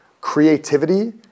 creativity